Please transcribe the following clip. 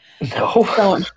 No